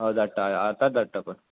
हय धाडटा आतां धाडटा पय